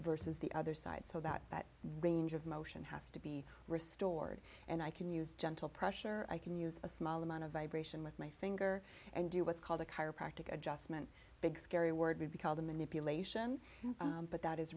versus the other side so that that range of motion has to be restored and i can use gentle pressure i can use a small amount of vibration with my finger and do what's called a chiropractic adjustment big scary word to be called a manipulation but that is